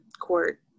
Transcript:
court